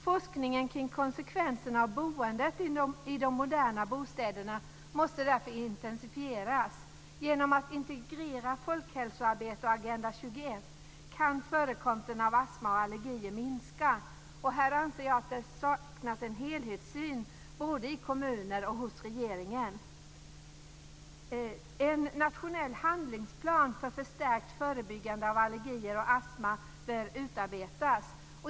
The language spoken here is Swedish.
Forskningen kring konsekvenserna av boendet i de moderna bostäderna måste därför intensifieras. Genom att man integrerar folkhälsoarbete och Agenda 21 kan förekomsten av astma och allergier minska. Här anser jag att det saknas en helhetssyn både i kommuner och hos regeringen. En nationell handlingsplan för förstärkt förebyggande av allergier och astma bör utarbetas.